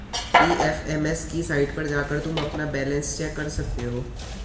PFMS की site पर जाकर तुम अपना बैलन्स चेक कर सकते हो